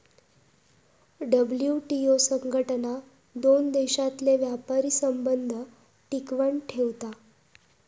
WTO संघटना दोन देशांतले व्यापारी संबंध टिकवन ठेवता